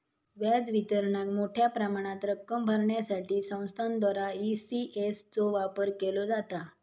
व्याज वितरणाक मोठ्या प्रमाणात रक्कम भरण्यासाठी संस्थांद्वारा ई.सी.एस चो वापर केलो जाता